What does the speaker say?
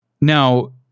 Now